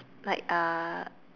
like uh